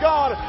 God